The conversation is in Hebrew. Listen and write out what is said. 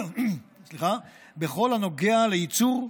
בכל הנוגע לייצור,